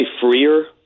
freer